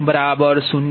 અને ZbZ310